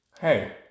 Hey